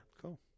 cool